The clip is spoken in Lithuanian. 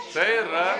tai yra